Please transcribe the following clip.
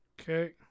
Okay